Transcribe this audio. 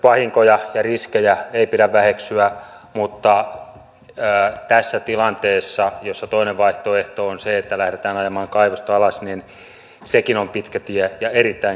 ympäristövahinkoja ja riskejä ei pidä väheksyä mutta tässä tilanteessa jossa toinen vaihtoehto on se että lähdetään ajamaan kaivosta alas sekin on pitkä tie ja erittäin kallis tie